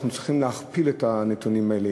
אנחנו צריכים להכפיל את הנתונים האלה.